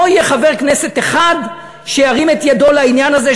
לא יהיה חבר כנסת אחד שירים את ידו לעניין הזה,